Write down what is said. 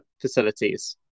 facilities